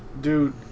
dude